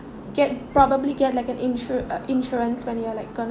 get probably get like insura~ uh insurance when you are like gonna